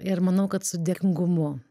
ir manau kad su dėkingumu